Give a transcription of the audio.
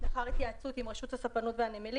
לאחר התייעצות עם רשות הספנות והנמלים